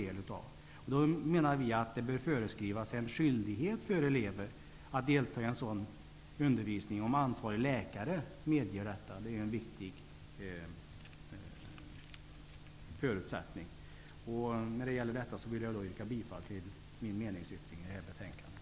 Vi menar då att en skyldighet bör föreskrivas elever att delta i en sådan undervisning om ansvarig läkare medger detta, vilket är en viktig förutsättning. I denna fråga yrkar jag bifall till min meningsyttring i detta betänkande.